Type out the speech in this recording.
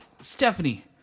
Stephanie